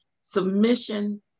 submission